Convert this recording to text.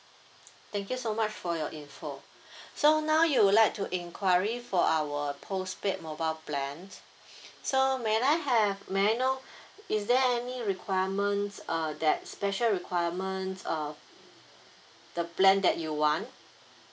thank you so much for your info so now you would like to enquiry for our postpaid mobile plan so may I have may I know is there any requirements uh that special requirements uh the plan that you want